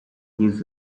his